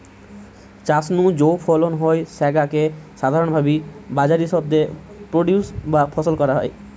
চাষ নু যৌ ফলন হয় স্যাগা কে সাধারণভাবি বাজারি শব্দে প্রোডিউস বা ফসল কয়া হয়